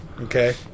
Okay